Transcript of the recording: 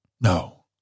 No